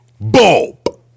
bulb